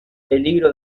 peligro